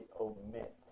omit